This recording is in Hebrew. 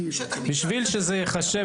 כדי שזה ייחשב,